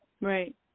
right